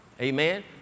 Amen